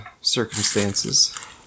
circumstances